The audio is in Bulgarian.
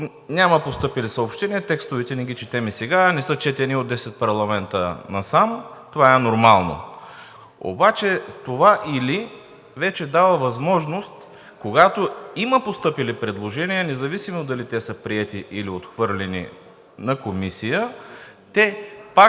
няма постъпили съобщения, текстовете не ги четем и сега – не са четени от 10 парламента насам. Това е нормално. Обаче това „или“ вече дава възможност, когато има постъпили предложения, независимо дали те са приети, или отхвърлени на комисия, пак